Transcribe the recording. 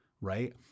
right